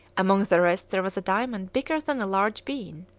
among the rest there was a diamond bigger than a large bean.